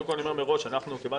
קודם כול,